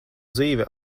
dzīve